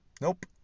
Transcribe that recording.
Nope